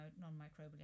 non-microbial